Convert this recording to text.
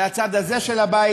והצד הזה של הבית.